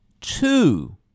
two